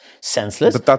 senseless